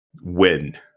win